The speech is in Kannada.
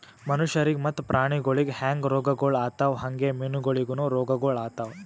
ಮನುಷ್ಯರಿಗ್ ಮತ್ತ ಪ್ರಾಣಿಗೊಳಿಗ್ ಹ್ಯಾಂಗ್ ರೋಗಗೊಳ್ ಆತವ್ ಹಂಗೆ ಮೀನುಗೊಳಿಗನು ರೋಗಗೊಳ್ ಆತವ್